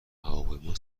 هواپیما